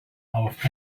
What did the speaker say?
auf